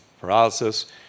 paralysis